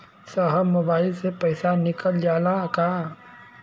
साहब मोबाइल से पैसा निकल जाला का?